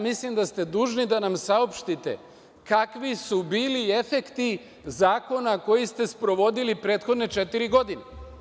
Mislim da ste dužni da nam saopštite kakvi su bili efekti zakona koji ste sprovodili prethodne četiri godine.